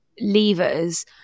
levers